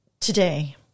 today